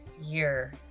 year